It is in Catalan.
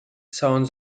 segons